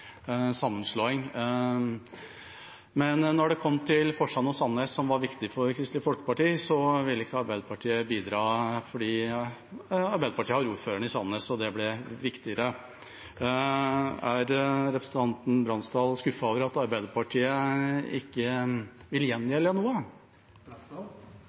sammenslåing. Men når det kom til Forsand og Sandnes, som var viktig for Kristelig Folkeparti, ville ikke Arbeiderpartiet bidra fordi Arbeiderpartiet har ordføreren i Sandnes, og det ble viktigere. Er representanten Bransdal skuffet over at Arbeiderpartiet ikke vil